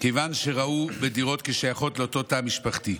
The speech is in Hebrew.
כיוון שראו את הדירות כשייכות לאותו תא משפחתי.